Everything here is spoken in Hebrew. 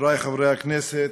חברי חברי הכנסת,